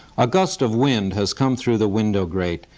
a gust of wind has come through the window grate,